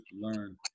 learn